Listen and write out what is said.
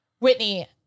Whitney